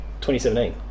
2017